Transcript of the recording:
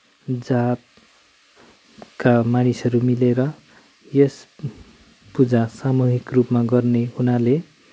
जातका मानिसहरू मिलेर यस पूजा सामूहिक रूपमा गर्ने हुनाले